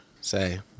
say